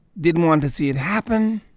didn't want to see it happen,